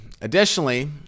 additionally